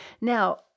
Now